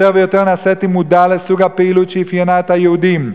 יותר ויותר נעשיתי מודע לסוג הפעילות שאפיינה את היהודים.